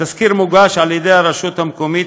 התסקיר מוגש על ידי הרשות המקומית